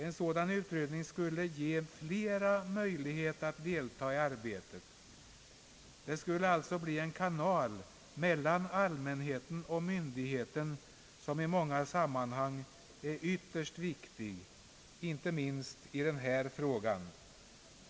En sådan utredning skulle ge flera människor möjlighet att delta i arbetet. Den skulle alltså bli en kanal mellan allmänheten och myndigheten, som i många sammanhang är ytterst viktig, inte minst i denna fråga.